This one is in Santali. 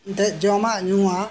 ᱡᱚᱢᱟᱜ ᱧᱩᱣᱟᱜ